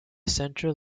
central